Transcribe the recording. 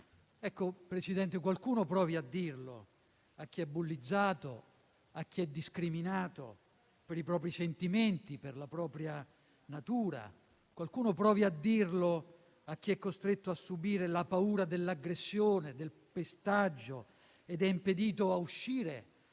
Ebbene, Presidente, qualcuno provi a dirlo a chi è bullizzato, a chi è discriminato per i propri sentimenti, per la propria natura; qualcuno provi a dirlo a chi è costretto a subire la paura dell'aggressione, del pestaggio ed è impedito a uscire,